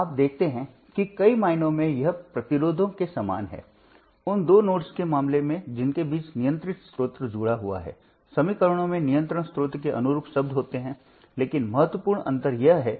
अब स्रोत वेक्टर में शामिल हैं दोनों स्वतंत्र वोल्टेज और वर्तमान स्रोतों की G मैट्रिक्स असममित है